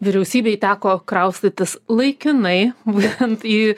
vyriausybei teko kraustytis laikinai būtent į